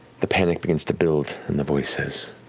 the panic begins to build and the voice says,